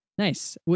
Nice